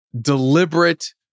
Deliberate